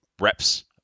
reps